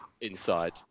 inside